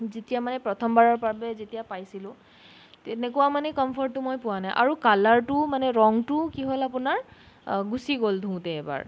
যেতিয়া মানে প্ৰথমবাৰৰ বাবে যেতিয়া পাইছিলোঁ তেনেকুৱা মানে কমফৰ্টটো মই পোৱা নাই আৰু কালাৰটোও মানে ৰংটোও কি হ'ল আপোনাৰ গুচি গ'ল ধুওঁতে এবাৰ